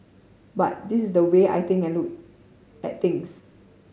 but this is the way I think and look at things